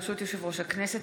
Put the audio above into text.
ברשות יושב-ראש הכנסת,